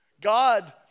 God